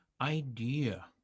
idea